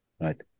Right